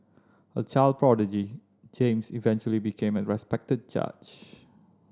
a child prodigy James eventually became a respected judge